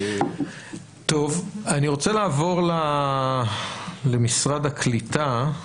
אני רוצה לעבור למשרד הקליטה,